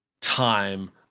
time